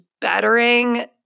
bettering